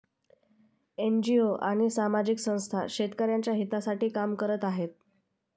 NGO आणि सामाजिक संस्था शेतकऱ्यांच्या हितासाठी काम करत आहेत